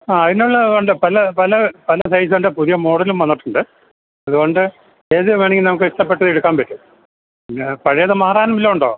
ആ അതിനുള്ള ഉണ്ട് പല പല പല സൈസിൻ്റ പുതിയ മോഡലും വന്നിട്ടുണ്ട് അതുകൊണ്ട് ഏതു വേണമെങ്കിലും നമുക്ക് ഇഷ്ടപ്പെട്ടത് എടുക്കാന് പറ്റും പിന്നെ പഴയതു മാറാനും വല്ലതുമുണ്ടോ